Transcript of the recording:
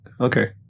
Okay